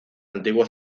antiguo